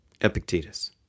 Epictetus